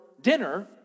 dinner